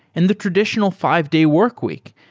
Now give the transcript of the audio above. and the traditional five-day work week,